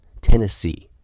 Tennessee